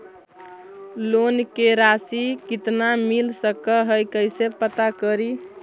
Loan के रासि कितना मिल सक है कैसे पता करी?